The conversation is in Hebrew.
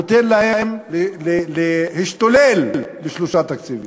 נותן להם להשתולל בשלושה תקציבים.